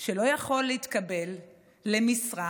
שלא יכול להתקבל למשרה